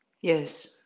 Yes